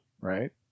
right